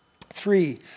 Three